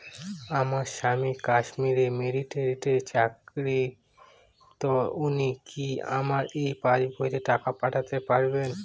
আমার স্বামী কাশ্মীরে মিলিটারিতে চাকুরিরত উনি কি আমার এই পাসবইতে টাকা পাঠাতে পারবেন?